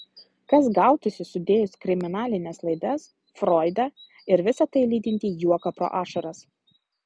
kas gautųsi sudėjus kriminalines laidas froidą ir visa tai lydintį juoką pro ašaras